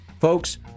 Folks